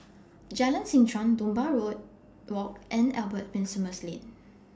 Jalan Seh Chuan Dunbar War Walk and Albert Winsemius Lane